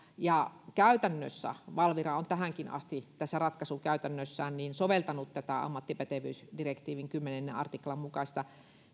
ja käytännössä valvira on tähänkin asti ratkaisukäytännössään soveltanut tätä ammattipätevyysdirektiivin kymmenennen artiklan mukaista